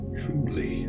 truly